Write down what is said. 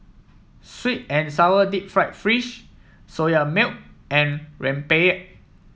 sweet and sour Deep Fried Fish Soya Milk and rempeyek